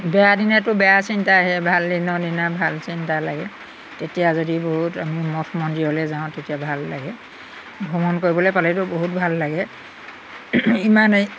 বেয়া দিনাটো বেয়া চিন্তা আহে ভাল দিনৰ দিনা ভাল চিন্তা লাগে তেতিয়া যদি বহুত আমি মঠ মন্দিৰলৈ যাওঁ তেতিয়া ভাল লাগে ভ্ৰমণ কৰিবলৈ পালেতো বহুত ভাল লাগে ইমানেই